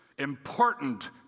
Important